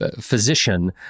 physician